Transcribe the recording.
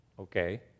Okay